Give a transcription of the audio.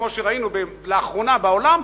כמו שראינו לאחרונה בעולם,